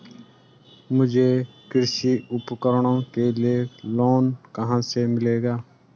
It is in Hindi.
मुझे कृषि उपकरणों के लिए लोन कहाँ से मिलेगा?